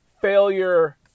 failure